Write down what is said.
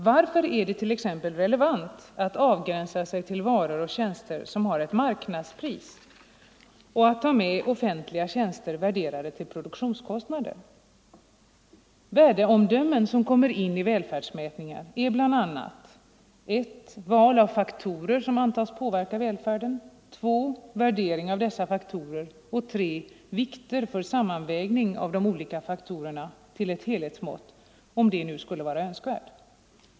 Varför är det t.ex. relevant att avgränsa sig till varor och tjänster som har ett marknadspris samt att ta med offentliga tjänster värderade till produktionskostnader? Värdeomdömen som kommer in i välfärdsmätningar är bl.a. 1) val av faktorer som antas påverka välfärden 2) värdering av dessa faktorer och 3) vikter för sammanvägning av de olika faktorerna till ett helhetsmått, om det skulle vara önskvärt.